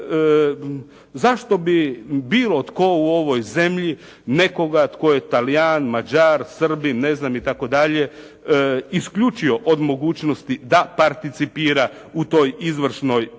zašto bi bilo tko u ovoj zemlji nekoga tko je Talijan, Mađar, Srbin ne znam itd. isključio od mogućnosti da participira u toj izvršnoj vlasti.